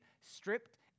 stripped